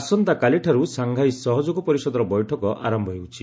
ଆସନ୍ତାକାଲିଠାରୁ ସାଙ୍ଘାଇ ସହଯୋଗ ପରିଷଦର ବୈଠକ ଆରମ୍ଭ ହେଉଛି